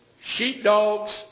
sheepdogs